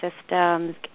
systems